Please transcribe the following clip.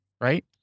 right